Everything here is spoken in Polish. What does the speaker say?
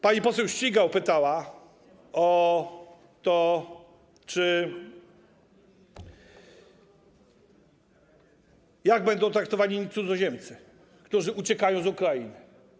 Pani poseł Ścigaj pytała o to, jak będą traktowani cudzoziemcy, którzy uciekają z Ukrainy.